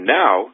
now